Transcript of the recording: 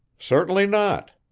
certainly not,